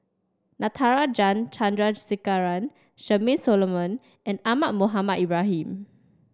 Natarajan Chandrasekaran Charmaine Solomon and Ahmad Mohamed Ibrahim